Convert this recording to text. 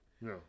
No